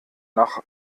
nach